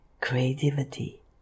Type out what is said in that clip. creativity